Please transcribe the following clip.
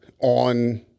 on